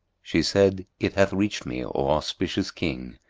she said, it hath reached me, o auspicious king,